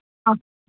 आंं